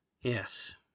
Yes